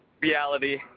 reality